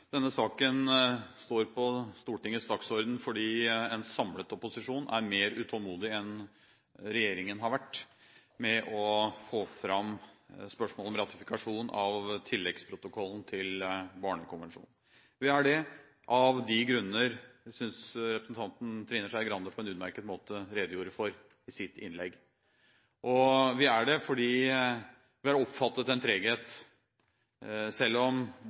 Denne saken står på Stortingets dagsorden fordi en samlet opposisjon er mer utålmodig enn det regjeringen har vært med å få fram spørsmålet om ratifikasjon av tilleggsprotokollen til Barnekonvensjonen. Det er vi av de grunner som jeg synes representanten Trine Skei Grande på en utmerket måte redegjorde for i sitt innlegg. Vi er det også fordi vi har oppfattet en treghet. Selv om